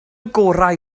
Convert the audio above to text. gorau